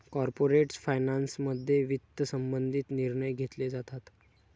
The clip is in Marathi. कॉर्पोरेट फायनान्समध्ये वित्त संबंधित निर्णय घेतले जातात